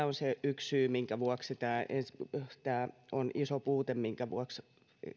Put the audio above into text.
on yksi syy minkä vuoksi tämä on iso puute minkä vuoksi